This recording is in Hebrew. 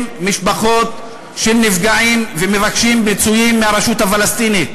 משפחות של נפגעים המבקשים פיצויים מהרשות הפלסטינית.